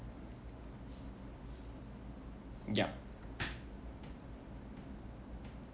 yup